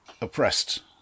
oppressed